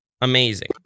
amazing